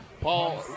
Paul